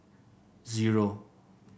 zero